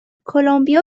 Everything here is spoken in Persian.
کلمبیا